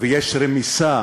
ויש רמיסה